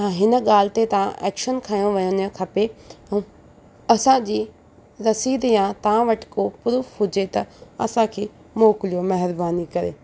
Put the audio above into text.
हिन ॻाल्हि ते तव्हां एक्शन खयो वञणु खपे असांजी रसीद या तव्हां वटि प्रूफ हुजे त असांखे मोकलियो महिरबानी करे